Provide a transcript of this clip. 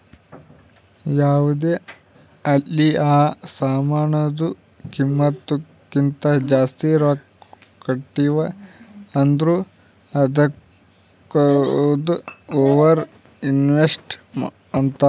ಯಾವ್ದೇ ಆಲಿ ಆ ಸಾಮಾನ್ದು ಕಿಮ್ಮತ್ ಕಿಂತಾ ಜಾಸ್ತಿ ರೊಕ್ಕಾ ಕೊಟ್ಟಿವ್ ಅಂದುರ್ ಅದ್ದುಕ ಓವರ್ ಇನ್ವೆಸ್ಟಿಂಗ್ ಅಂತಾರ್